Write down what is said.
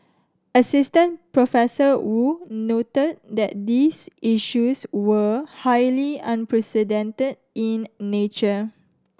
Assistant Prof Woo noted that these issues were highly unprecedented in nature